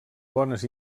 bones